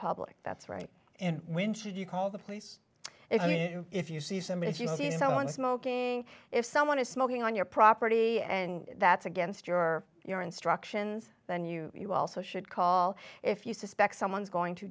that's right and when should you call the police if you know if you see somebody if you see someone smoking if someone is smoking on your property and that's against your your instructions then you you also should call if you suspect someone is going to